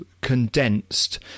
condensed